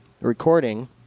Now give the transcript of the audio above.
recording